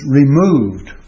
removed